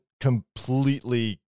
completely